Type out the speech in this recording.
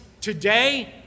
today